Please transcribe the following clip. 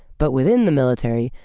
but within the military,